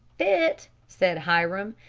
fit? said hiram.